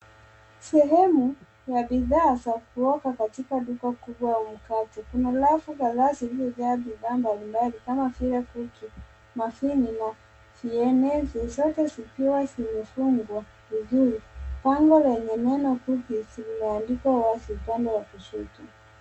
Sehemu ya bidhaa za kuoga katika duka kubwa la mikate. Kuna halafu kadha zilizojaa bidhaa mbalimbali kama vile cookie , masini na vieneze zote zikiwa zimefungwa vizuri. Bango lenye neno cookies limeandikwa uwazi upande wa kushoto.